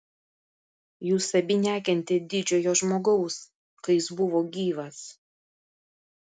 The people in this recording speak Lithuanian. jūs abi nekentėt didžiojo žmogaus kai jis buvo gyvas